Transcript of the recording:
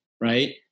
right